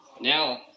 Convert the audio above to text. Now